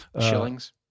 Shillings